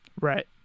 Right